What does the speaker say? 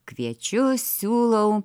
kviečiu siūlau